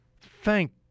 Thank